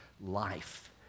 life